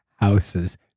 houses